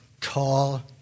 Tall